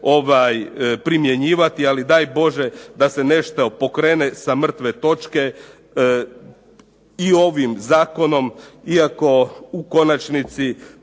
primjenjivati, ali daj Bože da se nešto pokrene sa mrtve točke i ovim zakonom iako u konačnici